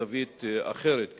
זווית אחרת.